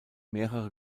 mehrere